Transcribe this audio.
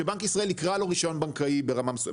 שבנק ישראל יקרא לו רישיון בנקאי ברמה מסוימת,